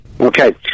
Okay